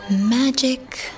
Magic